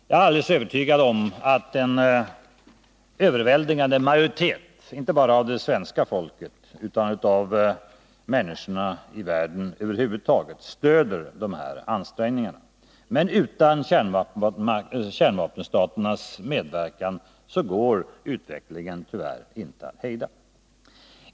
Jag är alldeles övertygad om att en överväldigande majoritet inte bara av det svenska folket utan av människorna i världen över huvud taget stöder dessa ansträngningar. Men utan kärnvapenstaternas medverkan går utvecklingen tyvärr inte att hejda.